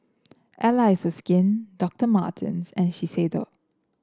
Allies is Skin Doctor Martens and Shiseido